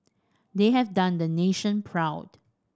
they have done the nation proud